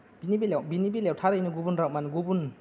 बेनि बेलायाव बेनि बेलायाव थारैनो गुबुन राव माने गुबुन